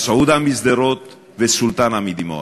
מסעודה משדרות וסולטנה מדימונה.